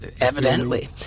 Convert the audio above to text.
Evidently